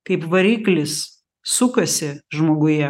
kaip variklis sukasi žmoguje